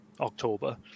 October